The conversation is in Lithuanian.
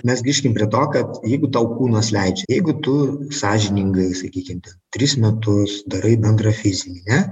mes grįžkim prie to kad jeigu tau kūnas leidžia jeigu tu sąžiningai sakykim ten tris metus darai bendrą fizinį ne